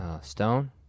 Stone